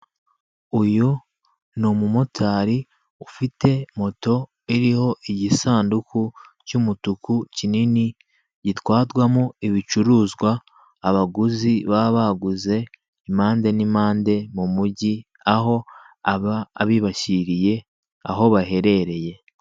Uyu ni umumotari ufite moto iriho igisanduku cyumutuku kinini gitwarwamo ibicuruzwa abaguzi baba baguze impande n' impande mumugi, aho aba abibashyiriye aho baherereye.